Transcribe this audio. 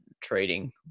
Trading